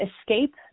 escape